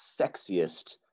sexiest